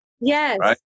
Yes